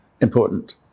important